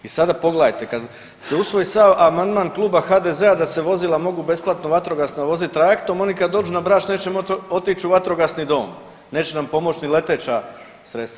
I sada pogledajte, kad se usvoji amandman Kluba HDZ-a da se vozila mogu besplatno, vatrogasna, vozit trajektom, oni kad dođu na Brač, neće moći otić u Vatrogasni dom, neće nam pomoći ni leteća sredstva.